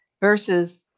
versus